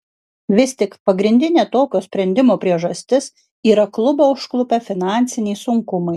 vis tik pagrindinė tokio sprendimo priežastis yra klubą užklupę finansiniai sunkumai